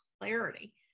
clarity